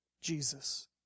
Jesus